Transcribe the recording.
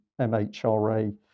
MHRA